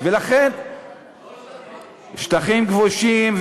לא השטחים הכבושים.